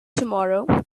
tomorrow